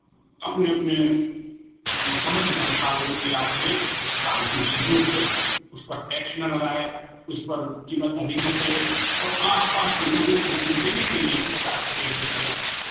अपने अपने समझ के अनुसार वो तैयार करें तो सरकार उसमें सहयोग करें उस पर टैक्स ना लगाएँ उस पर कीमत अधिक ना करें और आसपास के लोगों को ही लेने के लिए उत्साहित प्रेरित करें